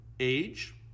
age